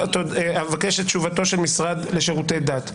אבקש את תשובתו של המשרד לשירותי דת.